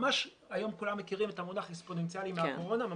היום כולם מכירים את המונח אקספוננציאלי מהקורונה.